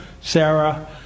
Sarah